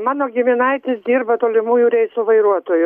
mano giminaitis dirba tolimųjų reisų vairuotoju